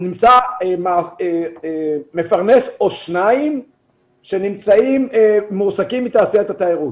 נמצא מפרנס או שני מפרנסים שמועסקים בתעשיית התיירות.